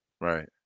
right